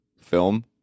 film